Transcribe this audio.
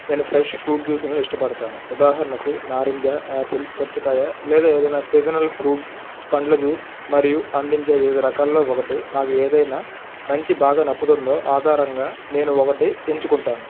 నేను fresh fruit జ్యూస్లను ఇష్టపడతాను ఉదాహరణకు నారింజ యాపిల్ పుచ్చకాయ లేదా ఏదైనా సీజనల్ ఫ్రూట్స్ పండ్ల జ్యూస్ మరియు పండించే వివిధ రకాలలో ఒకటి నాకు ఏదైనా మంచి బాగా నప్పుతుందో ఆధారంగా నేను ఒకటి ఎంచుకుంటాను